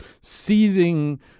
seething